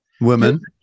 Women